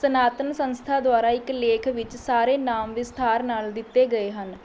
ਸਨਾਤਨ ਸੰਸਥਾ ਦੁਆਰਾ ਇੱਕ ਲੇਖ ਵਿੱਚ ਸਾਰੇ ਨਾਮ ਵਿਸਥਾਰ ਨਾਲ ਦਿੱਤੇ ਗਏ ਹਨ